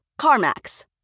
CarMax